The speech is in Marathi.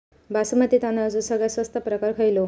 बासमती तांदळाचो सगळ्यात स्वस्त प्रकार खयलो?